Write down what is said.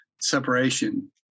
separation